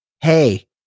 Hey